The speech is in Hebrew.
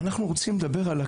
אנחנו רוצים לדבר על הכאב.